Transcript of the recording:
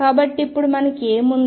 కాబట్టి ఇప్పుడు మనకు ఏమి ఉంది